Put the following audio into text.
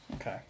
Okay